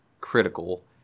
critical